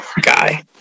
guy